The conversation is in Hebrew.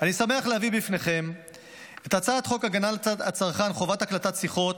אני שמח להביא בפניכם את הצעת חוק הגנת הצרכן (חובת הקלטת שיחות,